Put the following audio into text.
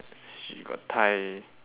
she got tie